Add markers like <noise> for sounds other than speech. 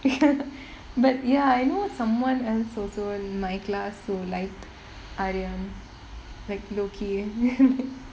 <laughs> but ya I know someone else also in my class who like aryan like low key people